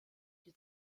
die